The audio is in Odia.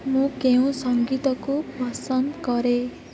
ମୁଁ କେଉଁ ସଙ୍ଗୀତକୁ ପସନ୍ଦ କରେ